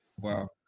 Wow